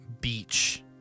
Beach